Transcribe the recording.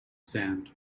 sand